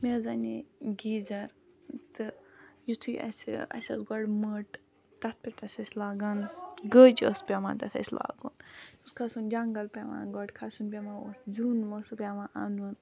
مےٚ حظ اَنے گیٖزَر تہٕ یُتھُے اَسہِ اَسہِ ٲس گۄڈٕ مٔٹ تَتھ پٮ۪ٹھ ٲسۍ أسۍ لاگان گٔج ٲس پٮ۪وان تَتھ اَسہِ لاگُن کھَسُن جنٛگَل پٮ۪وان گۄڈٕ کھَسُن پٮ۪وان اوس زیُن اوس پٮ۪وان اَنُن